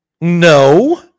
No